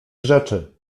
rzeczy